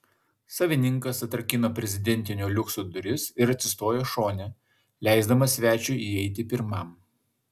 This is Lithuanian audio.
savininkas atrakino prezidentinio liukso duris ir atsistojo šone leisdamas svečiui įeiti pirmam